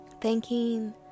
thanking